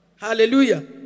Hallelujah